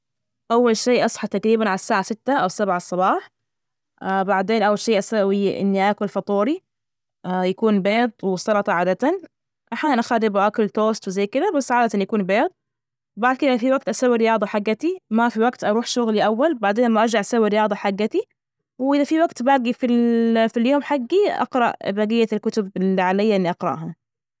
أول شي أصحى تجريبا على الساعة ستة أو سبعة الصباح، بعدين أول شي أسوي إني آكل فطوري يكون بيض وسلطة عادة، أحيانا أخرب وأكل توست وزي كده، بس عادة يكون بيض، وبعد كده في وقت أسوي رياضة حجتي ما في وقت أروح شغلي أول، بعدين لما أرجع أسوي رياضة حجتي، وإذا في وقت باجي في اليوم حجي أقرأ بجية الكتب اللي عليا إني أقرأها.